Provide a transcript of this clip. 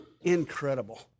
incredible